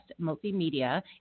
Multimedia